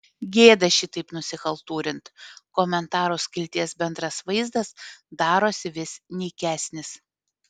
gėda šitaip nusichaltūrint komentarų skilties bendras vaizdas daros vis nykesnis